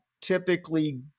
typically